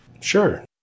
Sure